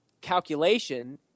calculation